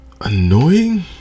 annoying